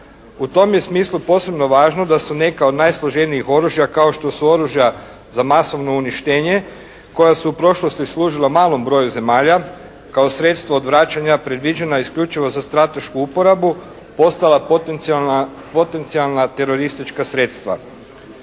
U tom je smislu posebno važno da su neka od najsloženijih oružja kao što su oružja za masovno uništenje koja su u prošlosti služila malom broju zemalja kao sredstvo odvraćanja, predviđena isključivo za stratešku uporabu postala potencijalna teroristička sredstva.